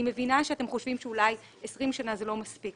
אני מבינה שאתם חושבים שאולי 20 שנה זה לא מספיק,